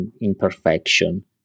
imperfection